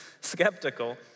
skeptical